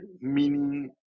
meaning